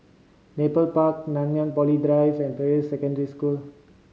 Nepal Park Nanyang Poly Drive and Peirce Secondary School